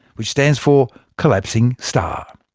which stands for collapsing star.